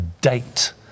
date